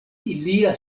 ilia